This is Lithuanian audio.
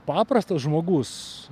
paprastas žmogus